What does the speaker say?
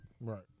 Right